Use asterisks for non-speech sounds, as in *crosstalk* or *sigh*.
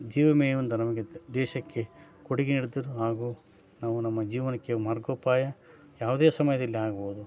ಜೀವ ವಿಮೆ ಒಂದು ನಮಗೆ ದೇಶಕ್ಕೆ ಕೊಡುಗೆ *unintelligible* ಹಾಗೂ ನಾವು ನಮ್ಮ ಜೀವನಕ್ಕೆ ಮಾರ್ಗೋಪಾಯ ಯಾವುದೇ ಸಮಯದಲ್ಲಿ ಆಗ್ಬೋದು